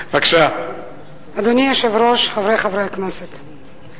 אדוני היושב-ראש, חברי חברי הכנסת,